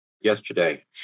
Yesterday